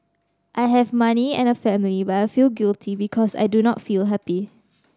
I have money and a family but I feel guilty because I do not feel happy